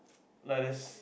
like there's